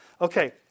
okay